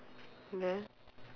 then